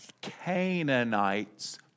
Canaanites